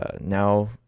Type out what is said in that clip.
now